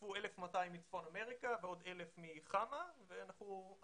השתתפו 1,200 מצפון אמריקה ועוד 1,000 מחמ"ה ועד